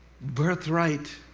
birthright